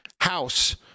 house